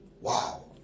Wow